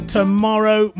Tomorrow